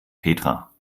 petra